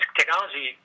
technology